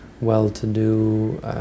well-to-do